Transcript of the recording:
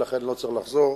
ולכן לא צריך לחזור,